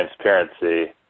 transparency